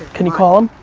can you call him?